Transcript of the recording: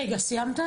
רגע, סיימת?